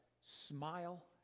smile